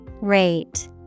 Rate